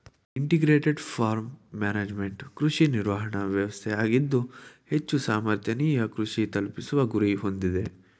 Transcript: integrated farm management ಕೃಷಿ ನಿರ್ವಹಣಾ ವ್ಯವಸ್ಥೆಯಾಗಿದ್ದು ಹೆಚ್ಚು ಸಮರ್ಥನೀಯ ಕೃಷಿ ತಲುಪಿಸುವ ಗುರಿ ಹೊಂದಿದೆ